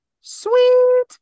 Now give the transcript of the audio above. sweet